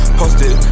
posted